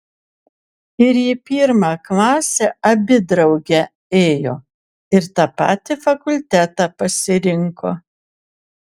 ir į pirmą klasę abi drauge ėjo ir tą patį fakultetą pasirinko